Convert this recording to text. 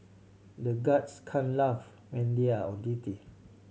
the guards can't laugh when they are on duty